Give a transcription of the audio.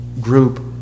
group